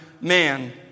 man